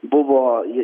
buvo ji